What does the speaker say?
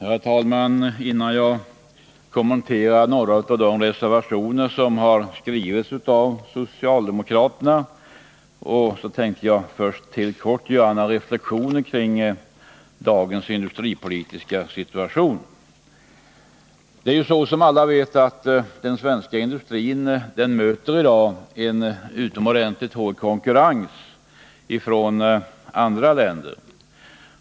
Herr talman! Innan jag kommenterar några av de reservationer som skrivits av socialdemokraterna tänkte jag helt kort göra några reflexioner 177 kring dagens industripolitiska situation. Som alla vet möter svensk industri i dag en utomordentligt hård konkurrens från andra länder.